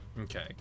Okay